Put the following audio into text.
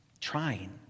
trying